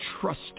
trust